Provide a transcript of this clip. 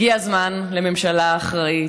הגיע הזמן לממשלה אחראית.